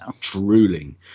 drooling